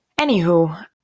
Anywho